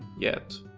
yet.